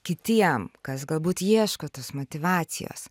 kitiem kas galbūt ieško tos motyvacijos